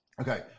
Okay